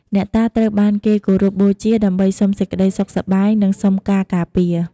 អ្នកតាត្រូវបានគេគោរពបូជាដើម្បីសុំសេចក្តីសុខសប្បាយ និងសុំការការពារ។